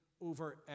over